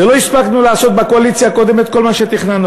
ולא הספקנו לעשות בקואליציה הקודמת את כל מה שתכננו,